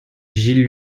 gilles